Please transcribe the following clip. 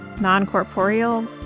non-corporeal